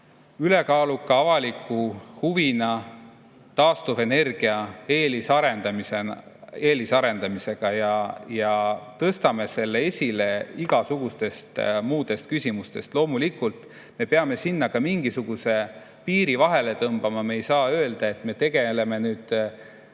ülekaaluka avaliku huvina taastuvenergia eelisarendamisega ja tõstame selle ette igasugustest muudest küsimustest. Loomulikult peame me sinna ka mingisuguse piiri vahele tõmbama. Me ei saa öelda, et me tegeleme aegade